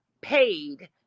paid